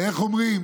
איך אומרים?